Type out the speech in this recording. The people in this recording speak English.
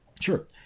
Sure